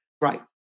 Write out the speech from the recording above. right